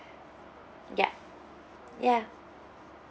ya ya